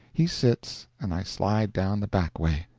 he sits and i slide down the back way.